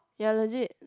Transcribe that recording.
ya legit